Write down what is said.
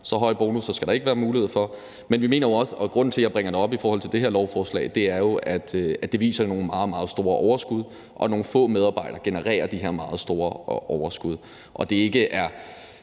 Så høje bonusser skal der ikke være mulighed for. Grunden til, at jeg bringer det op i forhold til det her lovforslag, er jo, at det viser nogle meget, meget store overskud, og at nogle få medarbejdere genererer de her meget store overskud. Når vi kigger